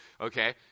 Okay